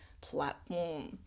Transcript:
platform